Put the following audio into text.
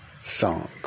song